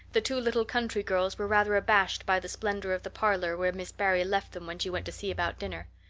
the two little country girls were rather abashed by the splendor of the parlor where miss barry left them when she went to see about dinner.